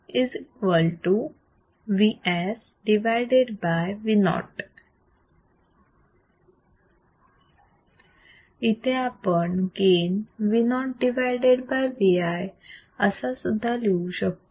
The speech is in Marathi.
Af VsVo इथे आपण गेन Vo Vi असा सुद्धा लिहू शकतो